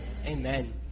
Amen